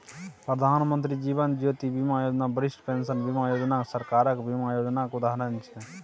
प्रधानमंत्री जीबन ज्योती बीमा योजना, बरिष्ठ पेंशन बीमा योजना सरकारक बीमा योजनाक उदाहरण छै